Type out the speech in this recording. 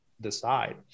decide